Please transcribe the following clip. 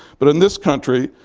but in this country,